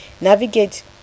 navigate